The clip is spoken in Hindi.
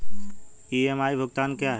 ई.एम.आई भुगतान क्या है?